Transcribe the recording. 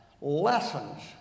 lessons